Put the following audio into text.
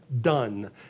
done